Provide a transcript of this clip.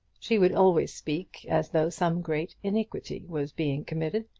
she would always speak as though some great iniquity was being committed,